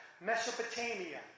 Mesopotamia